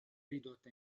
ridotta